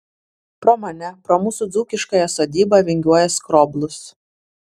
pro mane pro mūsų dzūkiškąją sodybą vingiuoja skroblus